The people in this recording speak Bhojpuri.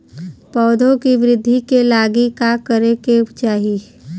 पौधों की वृद्धि के लागी का करे के चाहीं?